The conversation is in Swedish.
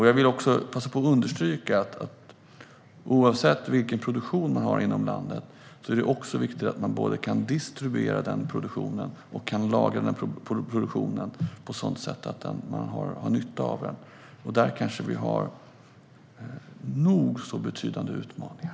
Jag vill också passa på att understryka att det oavsett vilken produktion man har inom landet är viktigt att man kan distribuera och lagra produktionen på ett sådant sätt att man har nytta av den. Där kanske vi har nog så betydande utmaningar.